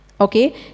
Okay